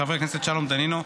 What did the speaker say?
של חבר הכנסת שלום דנינו,